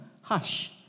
hush